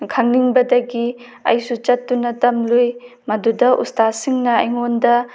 ꯈꯪꯅꯤꯡꯕꯗꯒꯤ ꯑꯩꯁꯨ ꯆꯠꯇꯨꯅ ꯇꯝꯂꯨꯏ ꯃꯗꯨꯗ ꯎꯁꯇꯥꯠ ꯁꯤꯡꯅ ꯑꯩꯉꯣꯟꯗ